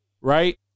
Right